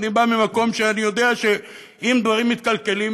אני בא ממקום שאני יודע שאם דברים מתקלקלים,